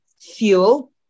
fuel